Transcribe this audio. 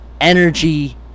energy